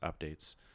updates